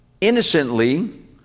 Innocently